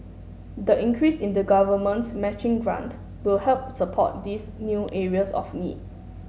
the increase in the Government's matching grant will help support these new areas of need